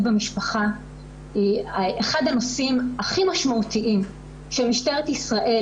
במשפחה היא אחד הנושאים הכי משמעותיים שמשטרת ישראל